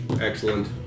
Excellent